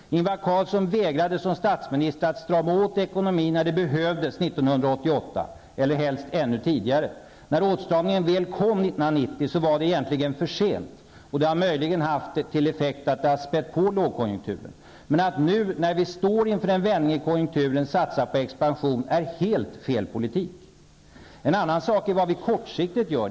Ingvar Carlsson vägrade som statsminister att strama åt ekonomin när det behövdes 1988, och helst ännu tidigare. När åtstramningen väl kom 1990 var det egentligen för sent. Möjligen har effekten av det varit att lågkonjunkturen har spätts på. Men att nu, när vi står inför en vändning i konjunkturen, satsa på expansion är en helt felaktig politik. En annan sak är vad vi kortsiktigt gör.